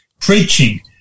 preaching